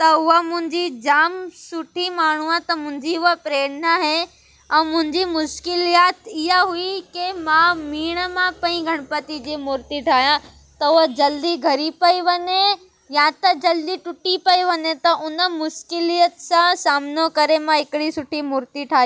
त उहा मुंहिंजी जाम सुठी माण्हू आहे त मुंहिंजी उहा प्रेरणा आहे ऐं मुंहिंजी मुश्किलयात इहा हुई की मां मीण मां पेई गणपति जी मुर्ती ठाहिया त उहा जल्दी ॻरी पेई वञे या त जल्दी टुटी पेई वञे त हुन मुश्किलियत सां सामनो करे मां हिकिड़ी सुठी मुर्ती ठाहीं